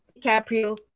DiCaprio